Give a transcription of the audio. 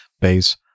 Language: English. base